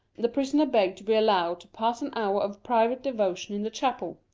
the prisoner begged to be allowed to pass an hour of private devotion in the chapel.